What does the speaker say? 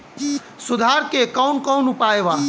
सुधार के कौन कौन उपाय वा?